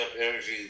energy